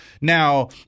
now